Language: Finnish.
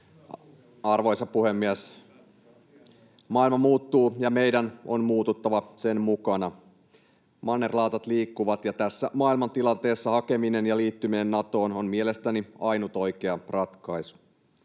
Arvoisa puhemies! Maailma muuttuu, ja meidän on muututtava sen mukana. Mannerlaatat liikkuvat, ja tässä maailmantilanteessa hakeminen ja liittyminen Natoon on mielestäni ainut oikea ratkaisu.